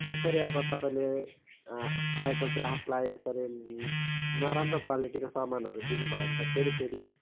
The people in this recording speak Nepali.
त्यसरी अब तपाईँले आएको ग्राहकलाई यसरी नराम्रो क्वालिटीको सामानहरू दिनुभयो भने त फेरी फेरी